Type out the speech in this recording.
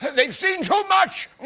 they've seen too ah much!